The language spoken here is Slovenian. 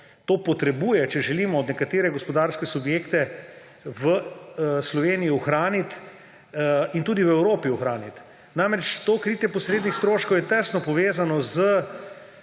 to potrebuje, če želimo nekatere gospodarske subjekte v Sloveniji ohraniti in tudi v Evropi ohraniti. Namreč, to kritje posrednih stroškov je tesno povezano z